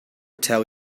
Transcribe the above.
tell